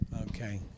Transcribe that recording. Okay